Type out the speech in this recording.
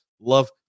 Love